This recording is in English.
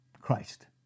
Christ